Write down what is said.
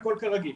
הכול כרגיל.